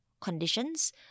conditions